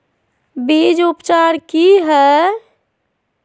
बीज उपचार कि हैय?